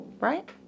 right